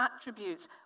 attributes